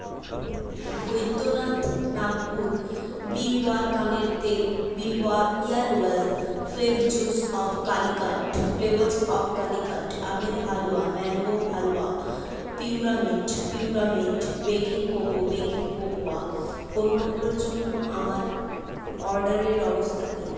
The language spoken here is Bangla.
বৈদ্যনাথ নাগপুর বিলওয়া কানের তেল Bilwa ear oil flavours of Calicut flavours of Calicut আমের halwa mango halwa Puramate Puramate baking cocoa baking cocoa পণ্যগুলোর জন্য আমার অর্ডারের অবস্থা কী